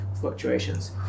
fluctuations